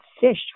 Fish